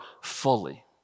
fully